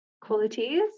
qualities